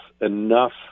enough